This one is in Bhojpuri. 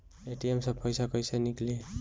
ए.टी.एम से पैसा कैसे नीकली?